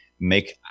make